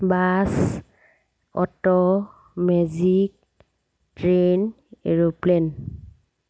bus auto magic train aeroplane